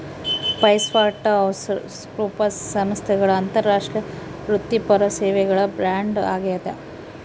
PricewaterhouseCoopers ಸಂಸ್ಥೆಗಳ ಅಂತಾರಾಷ್ಟ್ರೀಯ ವೃತ್ತಿಪರ ಸೇವೆಗಳ ಬ್ರ್ಯಾಂಡ್ ಆಗ್ಯಾದ